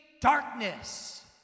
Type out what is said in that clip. darkness